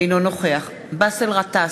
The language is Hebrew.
אינו נוכח באסל גטאס,